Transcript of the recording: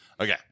Okay